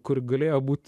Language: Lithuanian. kur galėjo būt